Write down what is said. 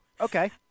okay